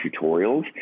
tutorials